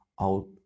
out